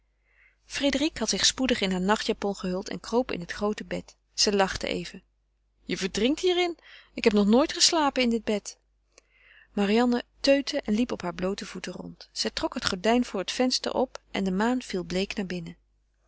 frédérique had zich spoedig in haar nachtjapon gehuld en kroop in het groote bed zij lachte even je verdrinkt hier in ik heb nog nooit geslapen in dit bed marianne teutte en liep op haar bloote voeten rond zij trok het gordijn voor het venster op en de maan viel bleek naar binnen